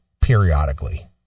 periodically